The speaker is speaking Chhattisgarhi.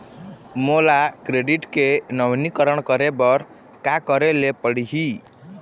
मोला क्रेडिट के नवीनीकरण करे बर का करे ले पड़ही?